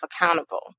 accountable